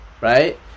Right